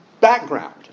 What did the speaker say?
background